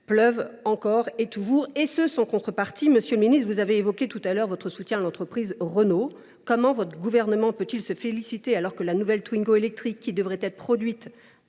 pleuvent, encore et toujours, sans contrepartie. Monsieur le ministre, vous avez évoqué tout à l’heure votre soutien à l’entreprise Renault. Comment votre gouvernement peut il s’en réjouir, alors que la nouvelle Twingo électrique, qui devait être produite